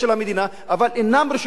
אבל הם אינם רשומים על שם המדינה,